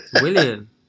William